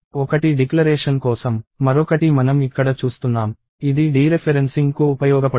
ఒకటి డిక్లరేషన్ కోసం మరొకటి మనం ఇక్కడ చూస్తున్నాం ఇది డీరెఫెరెన్సింగ్ కు ఉపయోగపడుతుంది